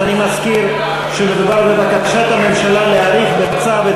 אז אני מזכיר שמדובר בבקשת הממשלה להאריך בצו את